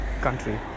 country